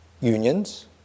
unions